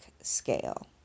scale